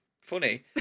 Funny